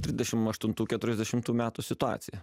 dvidešim aštuntų keturiasdešimtų metų situacija